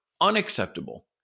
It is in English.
unacceptable